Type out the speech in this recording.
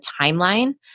timeline